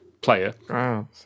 player